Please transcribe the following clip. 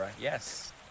yes